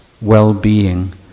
well-being